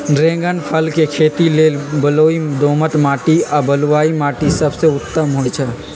dragon फल के खेती लेल बलुई दोमट माटी आ बलुआइ माटि सबसे उत्तम होइ छइ